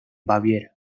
baviera